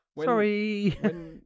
Sorry